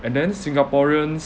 and then singaporeans